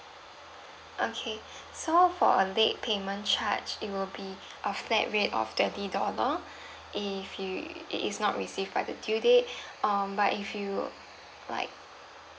okay so for late payment charge it will be a flat rate of twenty dollar if you it is not received by the due date um but if you like